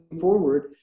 forward